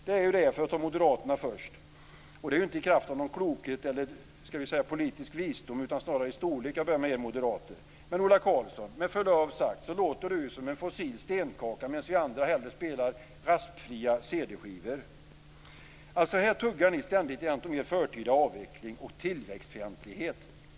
Jag tar först moderaterna - inte i kraft av någon klokhet eller politisk visdom utan snarare på grund av storlek. Ola Karlsson låter med förlov sagt som en fossil stenkaka, medan vi andra hellre spelar raspfria cd-skivor. Ni tuggar ständigt om "förtida" avveckling och tillväxtfientlighet.